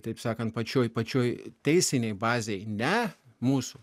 taip sakant pačioj pačioj teisinėj bazėj ne mūsų